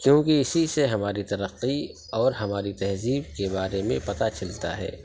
کیونکہ اسی سے ہماری ترقی اور ہماری تہذیب کے بارے میں پتہ چلتا ہے